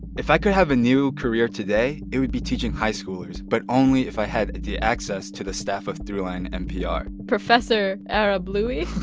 if i could have a new career today, it would be teaching high schoolers, but only if i had the access to the staff of at throughlinenpr professor arablouei,